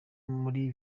muri